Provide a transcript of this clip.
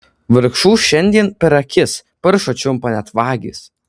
vargšų šiandien per akis paršą čiumpa net vagis